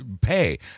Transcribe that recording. pay